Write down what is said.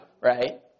right